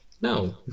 No